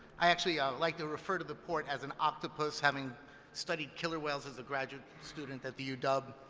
i actually like to refer to the port as an octopus, having studied killer whales as a graduate student at the u-dub,